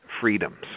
freedoms